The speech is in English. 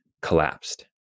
Collapsed